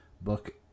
book